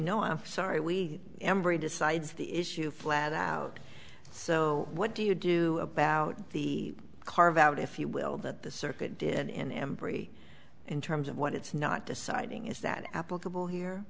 no i'm sorry we embry decides the issue flat out so what do you do about the carve out if you will that the circuit did in embry in terms of what it's not deciding is that applicable here